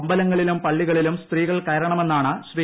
അമ്പലങ്ങളിലും പള്ളികളിലും സ്ത്രീകൾ കയറണമെന്നാണ് ശ്രീ